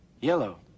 yellow